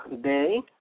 day